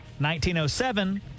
1907